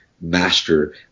Master